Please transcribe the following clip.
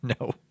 no